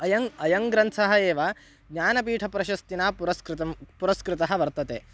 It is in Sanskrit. अयम् अयं ग्रन्थः एव ज्ञानपीठप्रशस्तिना पुरस्कृतः पुरस्कृतः वर्तते